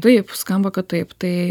taip skamba kad taip tai